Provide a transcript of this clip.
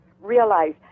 realize